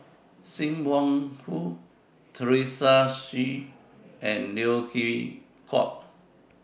SIM Wong Hoo Teresa Hsu and Neo Chwee Kok